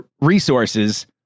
resources